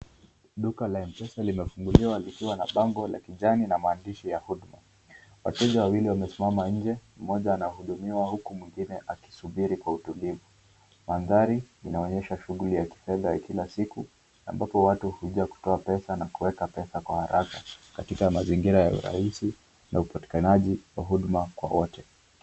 Duka la Mpesa limefunguliwa likiwa na bango la kijani na maandishi ya huduma, wateja wawili wamesimama nje, mmoja anahudumiwa huku mwingine akisubiri kwa utulivu, mandhari inaonyesha shughuli ya kifedha ya kila siku, ambapo watu huja kutoa na kuweka pesa kwa haraka katika mazingira rahisi na upatikanaji wa huduma kwa wote.